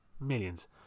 millions